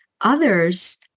Others